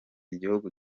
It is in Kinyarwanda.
igihugu